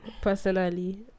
personally